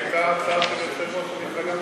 רמת-הגולן